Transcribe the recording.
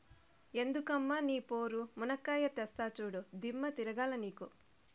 ఎందమ్మ నీ పోరు, మునక్కాయా తెస్తా చూడు, దిమ్మ తిరగాల నీకు